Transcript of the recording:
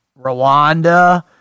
Rwanda